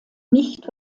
nicht